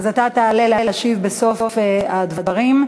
ההצעה עברה,